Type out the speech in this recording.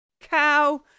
cow